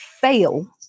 fail